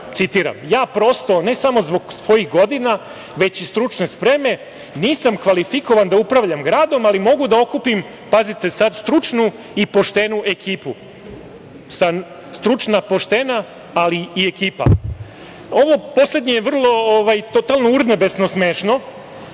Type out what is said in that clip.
citiram: „Ja, prosto, ne samo zbog svojih godina, već i stručne spreme nisam kvalifikovan da upravljam gradom, ali mogu da okupim, pazite sad, stručnu i poštenu ekipu.“Sad, stručna, poštena, ali i ekipa. Ovo poslednje je totalno urnebesno smešno